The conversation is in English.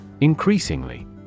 Increasingly